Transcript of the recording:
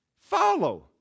follow